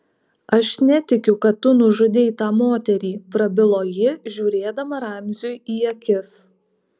aš netikiu kad tu nužudei tą moterį prabilo ji žiūrėdama ramziui į akis